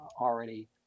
already